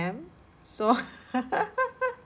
~m so